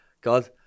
God